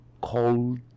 called